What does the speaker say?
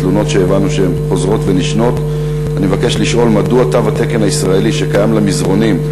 רצוני לשאול: מדוע תו התקן הישראלי הקיים למזרנים,